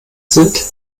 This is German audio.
sind